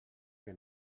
que